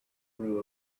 brew